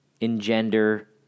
engender